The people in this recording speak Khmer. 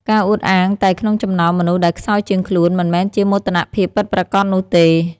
ការអួតអាងតែក្នុងចំណោមមនុស្សដែលខ្សោយជាងខ្លួន មិនមែនជាមោទនភាពពិតប្រាកដនោះទេ។